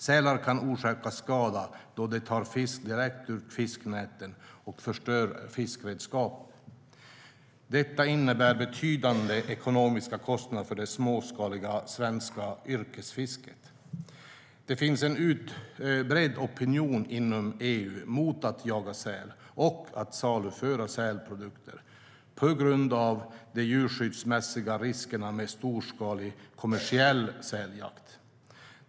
Sälar kan orsaka skada då de tar fisk direkt ur fiskenäten och förstör fiskeredskap. Detta innebär betydande ekonomiska kostnader för det småskaliga svenska yrkesfisket. Det finns en utbredd opinion inom EU mot att jaga säl och att saluföra sälprodukter på grund av de djurskyddsmässiga riskerna med storskalig kommersiell säljakt.